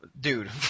Dude